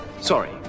Sorry